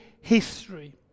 history